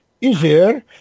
easier